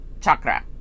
chakra